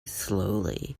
slowly